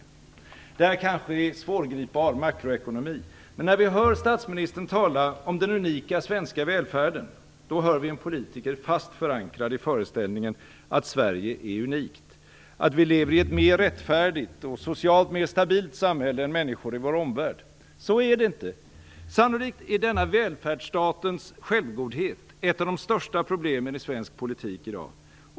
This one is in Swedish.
Det här kanske är svårgripbar makroekonomi, men när vi hör statsministern tala om den unika svenska välfärden hör vi en politiker fast förankrad i föreställningen att Sverige är unikt, att vi lever i ett mer rättfärdigt och socialt mer stabilt samhälle än människor i vår omvärld. Så är det inte. Sannolikt är denna välfärdsstatens självgodhet ett av de största problemen i svensk politik i dag.